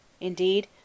Indeed